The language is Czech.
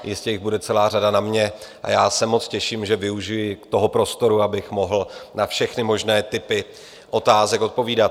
Jistě jich bude celá řada na mě a já se moc těším, že využiji toho prostoru, abych mohl na všechny možné typy otázek odpovídat.